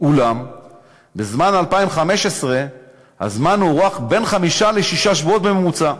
אולם ב-2015 הזמן הוארך לבין חמישה לשישה שבועות בממוצע.